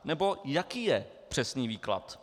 Nebo, jaký je přesný výklad.